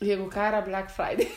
jeigu ką yra blak fraidei